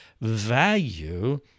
value